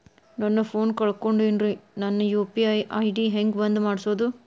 ನನ್ನ ಫೋನ್ ಕಳಕೊಂಡೆನ್ರೇ ನನ್ ಯು.ಪಿ.ಐ ಐ.ಡಿ ಹೆಂಗ್ ಬಂದ್ ಮಾಡ್ಸೋದು?